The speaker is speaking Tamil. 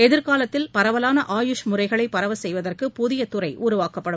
எதிர்காலத்தில் பரவலாள ஆயுஷ் முறைகளை பரவச் செய்வதற்கு புதிய துறை உருவாக்கப்படும்